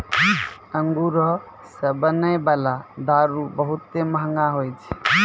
अंगूरो से बनै बाला दारू बहुते मंहगा होय छै